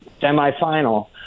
semifinal